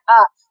up